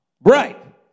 Right